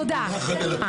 תודה.